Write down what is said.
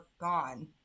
gone